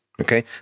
Okay